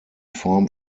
form